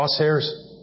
crosshairs